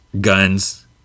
guns